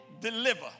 deliver